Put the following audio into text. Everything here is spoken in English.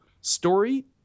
Story